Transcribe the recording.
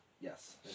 Yes